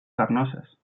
carnoses